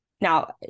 Now